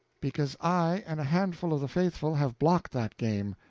because i and a handful of the faithful have blocked that game.